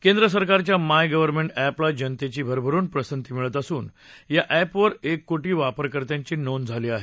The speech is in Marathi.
केंद्र सरकारच्या माय गव्ह एपला जनतेची भरभरुन पसंती मिळत असून या एपवर एक कोटी वापरकर्त्यांची नोंद झाली आहे